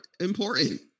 important